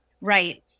Right